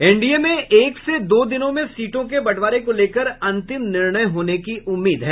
NDA में एक से दो दिनों में सीटों के बंटवारे को लेकर अंतिम निर्णय होने की उम्मीद है